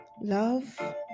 love